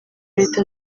leta